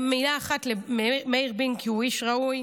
מילה אחת למאיר בינג, כי הוא איש ראוי: